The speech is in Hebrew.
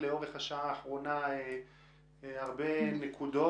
אני מניח שלאורך השעה האחרונה שמעת הרבה נקודות